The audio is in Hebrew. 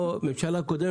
לא הממשלה הקודמת,